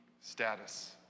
status